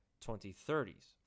2030s